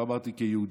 לא אמרתי "יהודי",